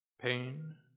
pain